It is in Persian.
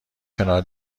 کنار